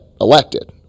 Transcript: elected